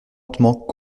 lentement